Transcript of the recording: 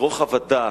ברוחב הדעת.